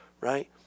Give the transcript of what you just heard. right